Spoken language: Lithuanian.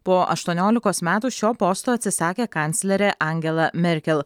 po aštuoniolikos metų šio posto atsisakė kanclerė angela merkel